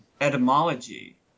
etymology